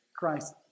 Christ